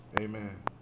Amen